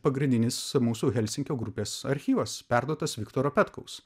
pagrindinis mūsų helsinkio grupės archyvas perduotas viktoro petkaus